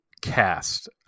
cast